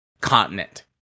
continent